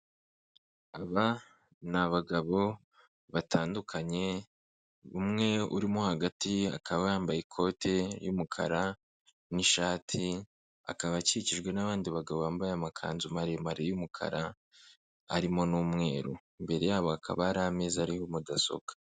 Aba ni abagabo batandukanye umwe urimo hagati akaba yambaye ikote y'umukara n'ishati akaba akikijwe n'abandi bagabo bambaye amakanzu maremare y'umukara arimo n'umweru, imbere yabo hakaba hari amezi ariho mudasobwa.